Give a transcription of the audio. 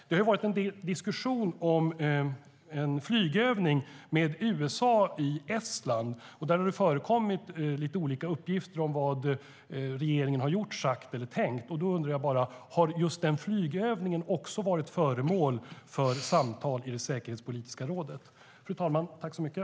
Det har ju varit en del diskussion om en flygövning med USA i Estland. Där har det förekommit lite olika uppgifter om vad regeringen har gjort, sagt eller tänkt. Då undrar jag bara: Har just den flygövningen också varit föremål för samtal i det säkerhetspolitiska rådet?